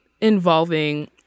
involving